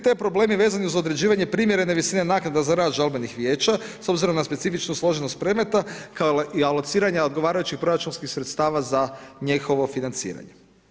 Taj problem je vezan i uz određivanje primjerene visine naknada za rad žalbenih vijeća s obzirom na specifičnost složenost predmeta kao i alociranja odgovarajućih proračunskih sredstava za njihovo financiranje.